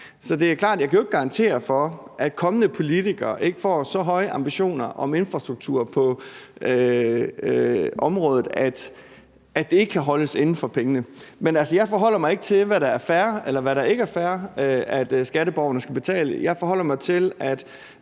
Det er klart, at jeg jo ikke kan garantere for, at kommende politikere ikke får så høje ambitioner om infrastruktur på området, at det ikke kan holdes inden for beløbet. Men altså, jeg forholder mig ikke til, hvad det er fair eller hvad det ikke er fair skatteborgerne skal betale; jeg forholder mig til, at